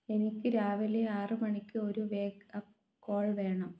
എനിക്ക് രാവിലെ ആറ് മണിക്ക് ഒരു വേക്ക് അപ്പ് കോൾ വേണം